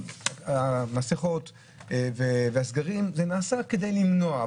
המסכות והסגרים נעשו כדי למנוע,